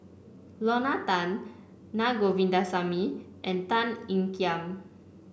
Lorna Tan Naa Govindasamy and Tan Ean Kiam